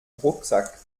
rucksack